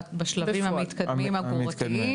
13 תרופות בשלבים המתקדמים הגרורתיים